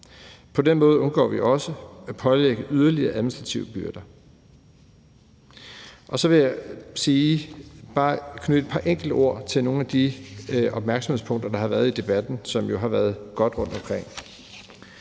På den måde undgår vi også at pålægge dem øvrige administrative byrder. Så vil jeg bare knytte et par enkelte ord til nogle af de opmærksomhedspunkter, der har været rundtomkring i debatten, og som jo har været gode. Først vil